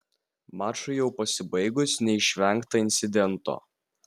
mačui jau pasibaigus neišvengta incidento